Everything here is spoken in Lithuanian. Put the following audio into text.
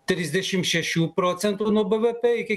trisdešim šešių procentų nuo bvp iki